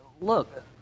look